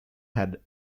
had